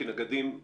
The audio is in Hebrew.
כי נגדים,